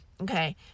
Okay